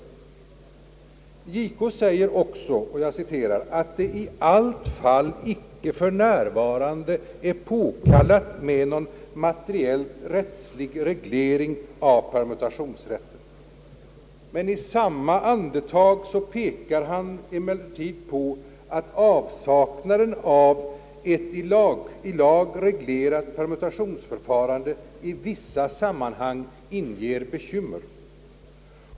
Justitiekanslern säger också »att det i allt fall icke f.n. är påkallat med någon materiellt-rättslig reglering av permutationsrätten». I samma andetag pekar han emellertid på att avsaknaden av ett i lag reglerat permutationsförfarande i vissa sammanhang inger bekymmer.